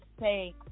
say